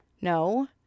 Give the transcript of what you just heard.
No